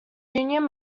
union